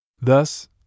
Thus